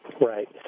Right